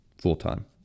full-time